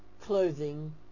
clothing